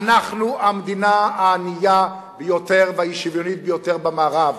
אנחנו המדינה הענייה ביותר והאי-שוויונית ביותר במערב.